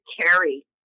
carry